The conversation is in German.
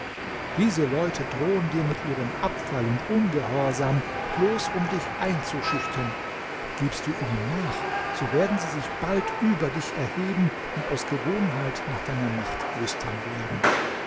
diese leute drohen dir mit ihrem abfall und ungehorsam bloß um dich einzuschüchtern gibst du ihnen nach so werden sie sich bald über dich erheben und aus gewohnheit nach deiner macht lüstern werden